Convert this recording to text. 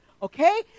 Okay